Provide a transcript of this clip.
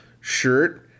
shirt